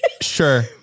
sure